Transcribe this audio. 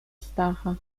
stacha